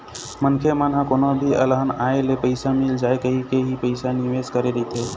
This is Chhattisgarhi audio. मनखे मन ह कोनो भी अलहन आए ले पइसा मिल जाए कहिके ही पइसा निवेस करे रहिथे